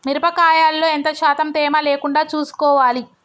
మిరప కాయల్లో ఎంత శాతం తేమ లేకుండా చూసుకోవాలి?